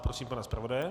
Prosím pana zpravodaje.